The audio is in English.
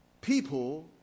People